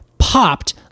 Popped